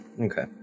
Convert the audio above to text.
Okay